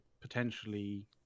potentially